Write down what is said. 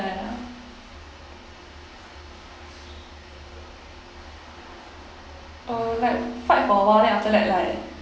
uh like fight for awhile then after that like